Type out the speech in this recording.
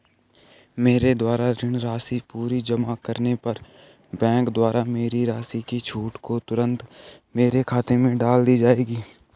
मेरे द्वारा ऋण राशि पूरी जमा करने पर बैंक द्वारा मेरी राशि की छूट को तुरन्त मेरे खाते में डाल दी जायेगी?